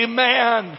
Amen